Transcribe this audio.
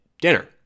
dinner